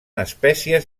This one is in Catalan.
espècies